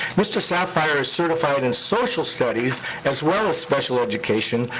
mr. sapphire is certified in social studies as well as special education,